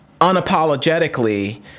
unapologetically